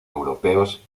europeos